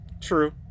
true